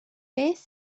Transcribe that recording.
beth